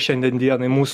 šiandien dienai mūs